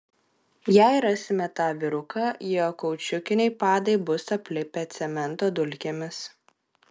jei rasime tą vyruką jo kaučiukiniai padai bus aplipę cemento dulkėmis